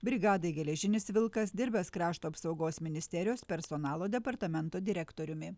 brigadai geležinis vilkas dirbęs krašto apsaugos ministerijos personalo departamento direktoriumi